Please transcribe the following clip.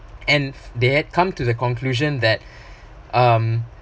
and they had come to the conclusion that um